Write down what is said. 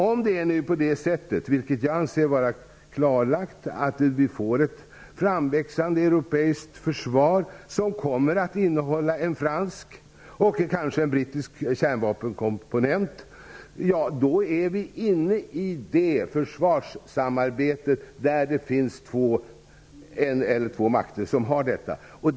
Om det nu är på det sättet -- vilket jag anser vara klarlagt -- att vi får ett framväxande europeiskt försvar som kommer att innehålla en fransk och kanske en brittisk kärnvapenkomponent, är vi inne i ett försvarssamarbete där en eller två makter har kärnvapen.